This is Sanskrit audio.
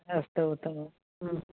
अस्तु उत्तमम्